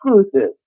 exclusive